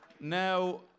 Now